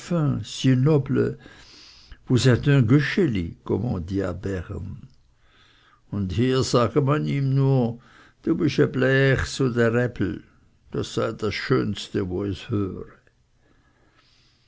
und hier sage man ihm nur du bisch es bleechs un e räbel das sei das schönste wo es höre